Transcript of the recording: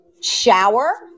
shower